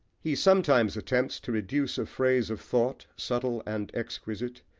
he sometimes attempts to reduce a phase of thought, subtle and exquisite,